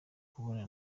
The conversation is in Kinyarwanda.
kubona